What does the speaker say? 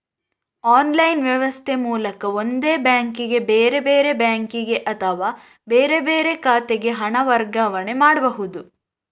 online ವ್ಯವಸ್ಥೆ ಮೂಲಕ ಒಂದೇ ಬ್ಯಾಂಕಿಗೆ, ಬೇರೆ ಬೇರೆ ಬ್ಯಾಂಕಿಗೆ ಅಥವಾ ಬೇರೆ ಬೇರೆ ಖಾತೆಗೆ ಹಣ ವರ್ಗಾವಣೆ ಮಾಡ್ಬಹುದು